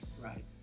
right